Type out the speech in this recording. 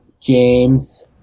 James